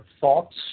thoughts